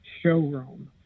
showroom